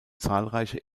zahlreiche